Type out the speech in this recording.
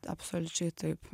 absoliučiai taip